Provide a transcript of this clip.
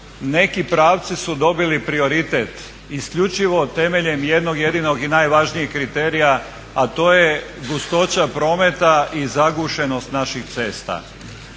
neki pravci su dobili prioritet isključivo temeljem jednog jedinog i najvažnijeg kriterija a to je gustoća prometa i zagušenost naših cesta.